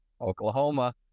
Oklahoma